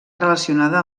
relacionada